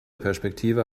perspektive